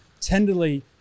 tenderly